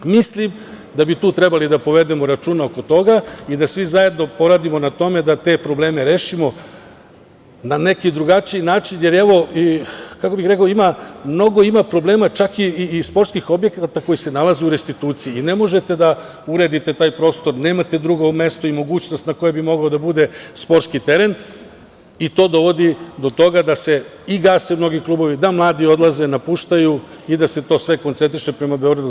Mislim da bi tu trebalo da povedemo računa oko toga i da svi zajedno poradimo na tome da te probleme rešimo na neki drugačiji način, jer evo, kako bih rekao, ima mnogo problema, čak i sportskih objekata koji se nalaze u restituciji i ne možete da uredite taj prostor, nemate drugo mesto i mogućnost na kojem bi mogao da bude sportski teren i to dovodi do toga da se i gase mnogi klubovi, da mladi odlaze, napuštaju i da se to sve koncentriše prema Beogradu.